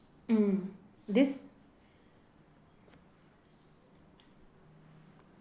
mm this